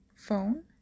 phone